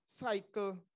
cycle